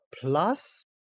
plus